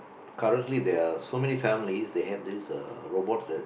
currently there are so many families they have uh this robot that